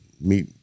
meet